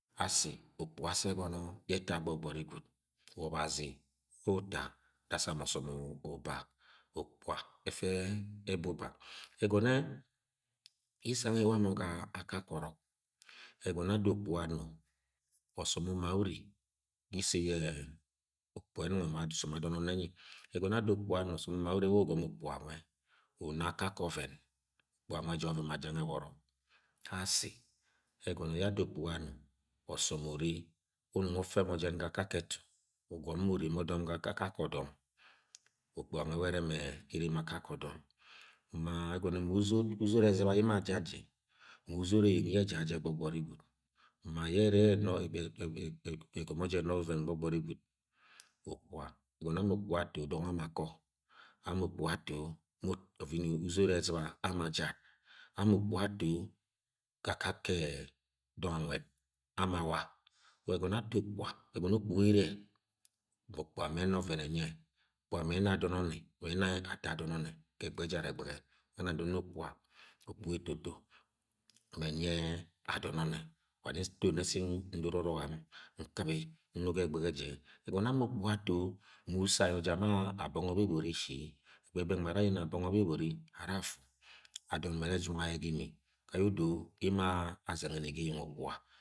Asi okpuga asi ẹgọne yẹ ẹta gbogbọn̄ gwud ula ọbazi uta da sani ọsọni uba okpuga ẹfẹ ẹbuba ẹgọnọ īsang inla mọ ga aka kọrọk ẹgọnọ ada okpuga ano osom uma une isẹ ye okpuga yẹ enung ema ọsọm ạdọn ọnnẹ ẹnyi, ẹgọnọ ada okpuga anyi osom, uma nwe yẹ ugọmọ okpuga nwẹ uma akakẹ ọvẹn okpuga nwẹ ja ọvẹn ma j̄ong ẹwọrọ asi ẹgọnọ yẹ ada okpuga ano ọsọm ure wẹ unung ufẹ mo, j̄ẹn ga aka kẹ ẹtu, ugọm mo, uneme ọdọn ga aka kẹ odom okpuga ẹwọrọ ẹrẹ mẹ, eremẹ akakẹ ọdọn ma ẹgọnọ ma uzod, uzod ezɨba ye emo ajat jẹ ma uzod eyeng yẹ ejat jẹ gbọgbọri gwad ma yẹ ẹrẹ ẹgọmọ jẹ ẹna ọvẹn gbọgbọri gwud wa okpuga, egọnọ yẹ ama okpuga ato, dọng ama akọama okpuga ato, mot- ọvini uzod ezɨba ama ajae ama okpuga ga aka ke dọng anwed ama awa but egọnọ ato okpuga ere yẹ okpuga mẹ ẹna ọvẹn ẹnyẹ okpuga mẹ ẹna yẹ adọn ọmnẹ, mẹ ẹna yẹ ato adọn onne gu ẹgbẹgẹ ẹjara e̱gbẹgẹ wa. nwẹ ena ndot ne okpuga okppuga etoto mẹ ẹnyẹ adọn ọnnẹ wa nins, ndot nẹ ndoro arọk ani nkɨbi no ga ẹgbẹgẹ jẹ ẹgọnọ ama okpuga ato-o, ma uso ayọ ja ma aḅongo beboṅ eshi ẹgbẹ bẹng ma aru yẹnẹ abọngọ bebori ara afu adọn mẹ ẹrẹ ejunga yẹ ga imi ga yẹ odo ema azenyi ni ga eyeng okpuga.